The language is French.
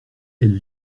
elles